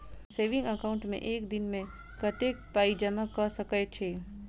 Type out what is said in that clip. Saving account मे एक दिनमे कतेक पाई जमा कऽ सकैत छी?